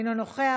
אינו נוכח,